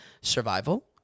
survival